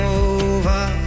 over